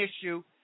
issue